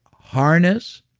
harness,